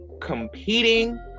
competing